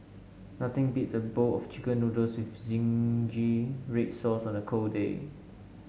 nothing beats a bowl of chicken noodles with zingy red sauce on a cold day